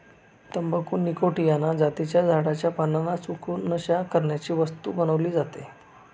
तंबाखू निकॉटीयाना जातीच्या झाडाच्या पानांना सुकवून, नशा करण्याची वस्तू बनवली जाते